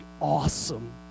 awesome